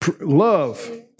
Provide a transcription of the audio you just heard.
Love